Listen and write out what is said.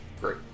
great